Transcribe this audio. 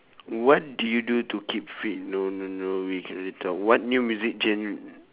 what do you do to keep fit no no no we cannot talk what new music genre